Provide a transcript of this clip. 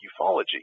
ufology